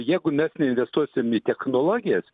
jeigu mes neinvestuosim į technologijas